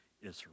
Israel